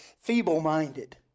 feeble-minded